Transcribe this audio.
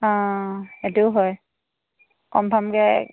অঁ সেইটোও হয় কনফাৰ্মকৈ